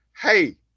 Hey